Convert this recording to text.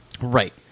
Right